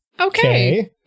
Okay